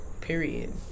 Period